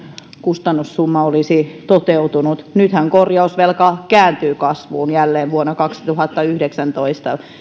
kustannussumma olisi toteutunut nythän korjausvelka kääntyy kasvuun jälleen vuonna kaksituhattayhdeksäntoista mikä